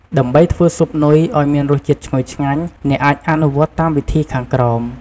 ដើម្បីធ្វើស៊ុបនុយឱ្យមានរសជាតិឈ្ងុយឆ្ងាញ់ អ្នកអាចអនុវត្តតាមវិធីខាងក្រោម។